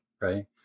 right